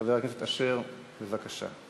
חבר הכנסת יעקב אשר, בבקשה.